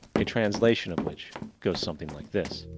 a translation of which goes something like this